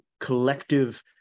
collective